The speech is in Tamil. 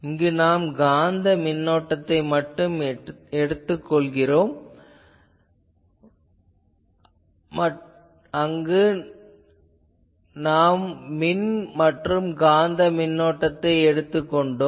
இங்கு நாம் காந்த மின்னோட்டத்தையும் மற்றும் மின்புல மின்னோட்டத்தையும் எடுத்துக் கொள்கிறோம் அங்கு நாம் மின் மற்றும் காந்த மின்னோட்டத்தை எடுத்துக் கொண்டோம்